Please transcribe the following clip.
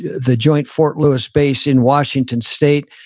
the joint fort lewis base in washington state.